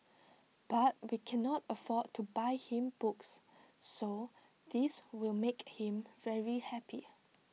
but we cannot afford to buy him books so this will make him very happy